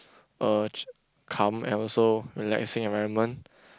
uh ch~ calm and also relaxing environment